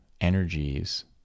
energies